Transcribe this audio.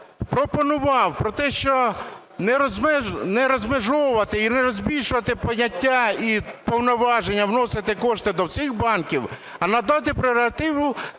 пропонував про те, що не розмежовувати і не змішувати поняття і повноваження вносити кошти до всіх банків, а надати прерогативу